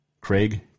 Craig